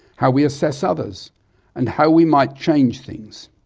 how we assess others and how we might change things.